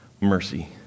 mercy